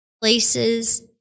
places